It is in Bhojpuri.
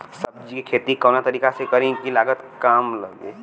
सब्जी के खेती कवना तरीका से करी की लागत काम लगे?